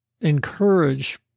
encourage